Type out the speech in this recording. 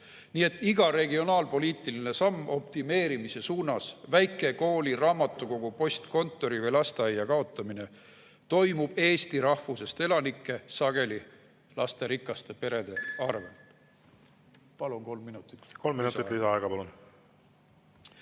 Nii et iga regionaalpoliitiline samm optimeerimise suunas, väikekooli, raamatukogu, postkontori või lasteaia kaotamine, toimub eesti rahvusest elanike, sageli lasterikaste perede arvelt. Palun kolm minutit. Kolm minutit lisaaega, palun!